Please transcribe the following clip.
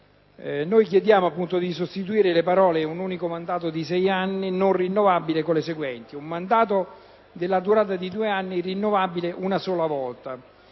1, lettera d), sostituire le parole: «un unico mandato di sei anni, non rinnovabile», con le seguenti: